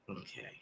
Okay